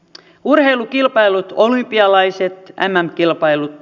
urheilukilpailut olympialaiset mm kilpailut